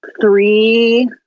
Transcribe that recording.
three